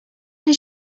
does